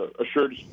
assured